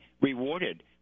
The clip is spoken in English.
rewarded